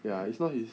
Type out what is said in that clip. ya it's not he's